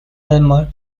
elmer